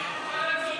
גם בטלוויזיה.